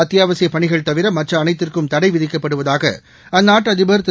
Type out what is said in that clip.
அத்தியாவசிய பணிகள் தவிர மற்ற அனைத்துக்கும் தடை விதிக்கப்படுவதாக அந்நாட்டு அதிபர் திரு